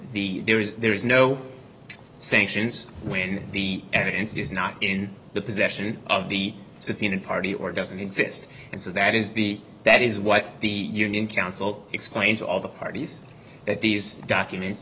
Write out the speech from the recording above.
the there is there is no sanctions when the evidence is not in the possession of the party or doesn't exist and so that is the that is what the union counsel explains all the parties that these documents